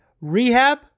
rehab